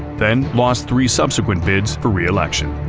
then lost three subsequent bids for re-election.